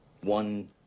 One